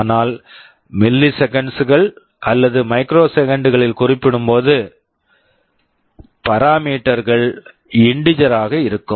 ஆனால் நீங்கள் மில்லிசெகண்ட்ஸ்கள் milliseconds அல்லது மைக்ரோசெகண்ட்ஸ் microseconds களில் குறிப்பிடும்போது பராமீட்டர் parameter கள் இன்டிஜர் integer ஆக இருக்கும்